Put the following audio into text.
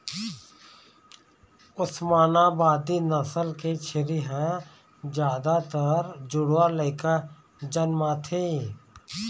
ओस्मानाबादी नसल के छेरी ह जादातर जुड़वा लइका जनमाथे